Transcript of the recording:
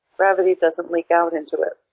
gravity doesn't leak out into it.